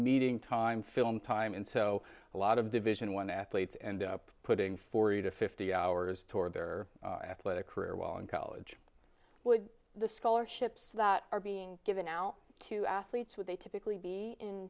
meeting time film time and so a lot of division one athletes end up putting forty to fifty hours toward their athletic career while in college would the scholarships that are being given now to athletes with a typically be in